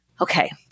Okay